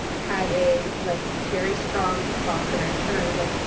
had a, like, very strong boston accent. i was like,